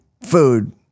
food